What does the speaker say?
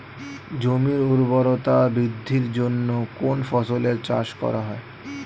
জমির উর্বরতা বৃদ্ধির জন্য কোন ফসলের চাষ করা হয়?